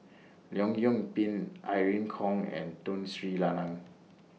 Leong Yoon Pin Irene Khong and Tun Sri Lanang